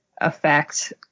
affect